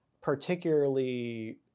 particularly